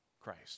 Christ